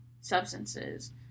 substances